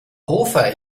hofer